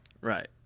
right